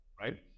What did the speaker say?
right